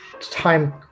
time